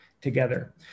together